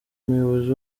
umuyobozi